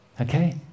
Okay